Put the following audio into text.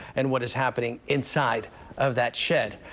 and what is happening inside of that shed.